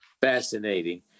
Fascinating